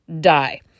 die